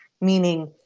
meaning